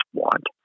want